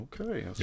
okay